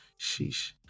Sheesh